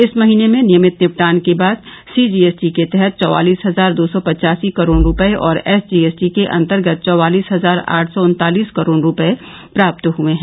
इस महीने में नियमित निपटान के बाद सीजीएसटी के तहत चौवालिस हजार दो सौ पचासी करोड़ रुपये और एसजीएसटी के अंतर्गत चौवालिस हजार आठ सौ उन्तालीस करोड़ रुपये प्राप्त हुए हैं